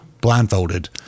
blindfolded